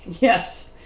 Yes